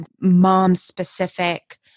mom-specific